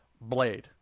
Blade